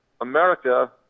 America